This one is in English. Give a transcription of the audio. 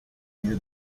near